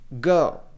go